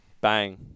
Bang